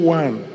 one